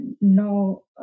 no